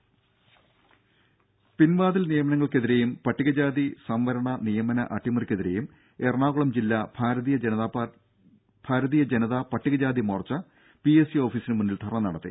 രുമ പിൻവാതിൽ നിയമനങ്ങൾക്കെതിരെയും പട്ടിക ജാതി സംവരണ നിയമന അട്ടിമറിക്കെതിരെയും എറണാകുളം ജില്ലാ ഭാരതീയ ജനതാ പട്ടികജാതി മോർച്ച പി എസ് സി ഓഫീസിന് മുന്നിൽ ധർണ നടത്തി